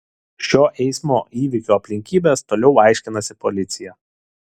šio eismo įvykio aplinkybes toliau aiškinasi policija